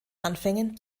anfängen